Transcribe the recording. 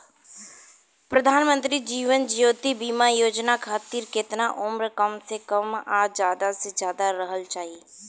प्रधानमंत्री जीवन ज्योती बीमा योजना खातिर केतना उम्र कम से कम आ ज्यादा से ज्यादा रहल चाहि?